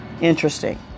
Interesting